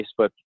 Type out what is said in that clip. Facebook